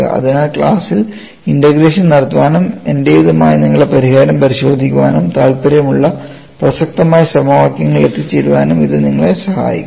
അതിനാൽ ക്ലാസിൽ ഇന്റഗ്രേഷൻ നടത്താനും എന്റേതുമായി നിങ്ങളുടെ പരിഹാരം പരിശോധിക്കാനും താൽപ്പര്യമുള്ള പ്രസക്തമായ സമവാക്യങ്ങളിൽ എത്തിച്ചേരാനും ഇത് നിങ്ങളെ സഹായിക്കും